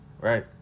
right